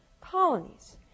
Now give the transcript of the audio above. colonies